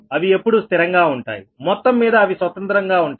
అవి ఎప్పుడూ స్థిరంగా ఉంటాయిమొత్తం మీద అవి స్వతంత్రంగా ఉంటాయి